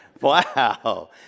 Wow